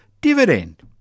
Dividend